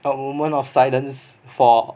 but moment of silence for